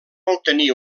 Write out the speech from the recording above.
obtenir